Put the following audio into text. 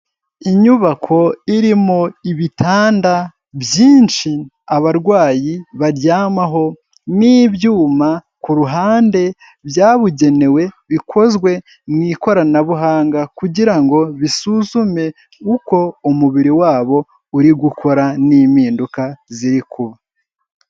Inyubako irimo ibitanda byinshi, abarwayi baryamaho, n'ibyuma ku ruhande byabugenewe, bikozwe mu ikoranabuhanga kugira ngo bisuzume uko umubiri wabo uri gukora n'impinduka ziri kuba.